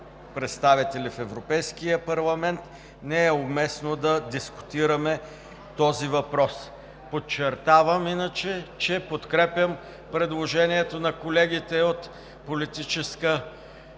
представители в Европейския парламент, не е уместно да дискутираме този въпрос. Подчертавам иначе, че подкрепям предложението на колегите от Политическа